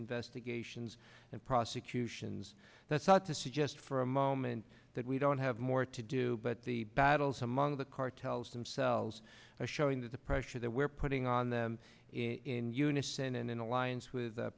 investigations and prosecutions that's not to suggest for a moment we don't have more to do but the battles among the cartels themselves are showing that the pressure that we're putting on them in unison and in alliance with